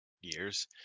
years